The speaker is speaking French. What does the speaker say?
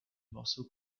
morceaux